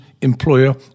employer